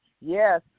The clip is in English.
Yes